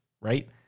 right